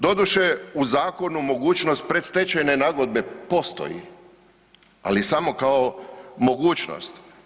Doduše, u zakonu mogućnost predstečajne nagodbe postoji ali samo kao mogućnost.